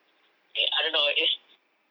it I don't know it's